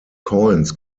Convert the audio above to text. coins